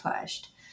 pushed